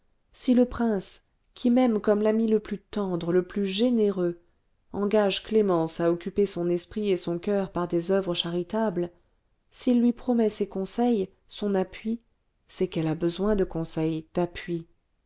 si le prince qui m'aime comme l'ami le plus tendre le plus généreux engage clémence à occuper son esprit et son coeur par des oeuvres charitables s'il lui promet ses conseils son appui c'est qu'elle a besoin de conseils d'appui